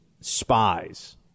spies